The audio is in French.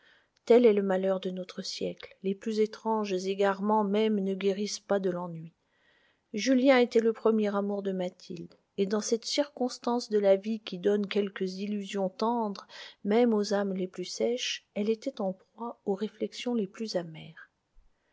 tel est le malheur de notre siècle les plus étranges égarements même ne guérissent pas de l'ennui julien était le premier amour de mathilde et dans cette circonstance de la vie qui donne quelques illusions tendres même aux âmes les plus sèches elle était en proie aux réflexions les plus amères